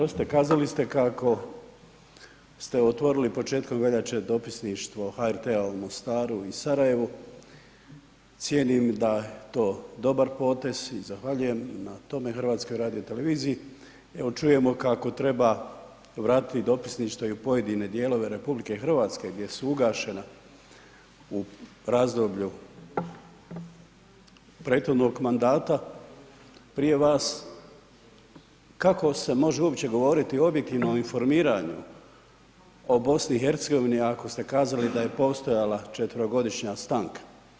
Kazali ste, kazali ste kako ste otvorili početkom veljače dopisništvo HRT-a u Mostaru i Sarajevu, cijenim da je to dobar potez i zahvaljujem na tome HRT-u, evo čujemo kako treba vratiti dopisništvo i u pojedine dijelove RH gdje su ugašena u razdoblju prethodnog mandata, prije vas kako se može uopće govoriti objektivno o informiranju o BiH ako ste kazali da je postojala 4-ro godišnja stanka.